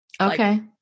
Okay